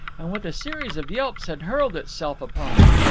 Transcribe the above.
and with a series of yelps had hurled itself upon it.